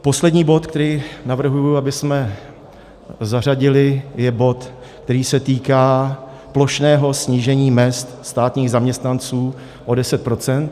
Poslední bod, který navrhuji, abychom zařadili, je bod, který se týká plošného snížení mezd státních zaměstnanců o 10 %.